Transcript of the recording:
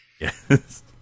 Yes